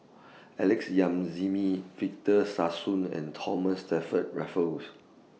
Alex Yam Ziming Victor Sassoon and Thomas Stamford Raffles